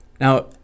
Now